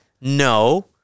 No